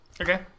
Okay